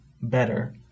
better